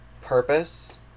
purpose